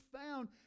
found